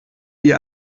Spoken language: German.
die